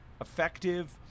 effective